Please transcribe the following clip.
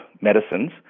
medicines